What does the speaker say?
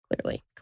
Clearly